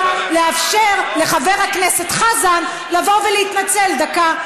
לאפשר לחבר הכנסת חזן לבוא ולהתנצל דקה.